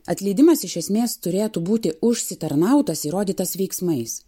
atleidimas iš esmės turėtų būti užsitarnautas įrodytas veiksmais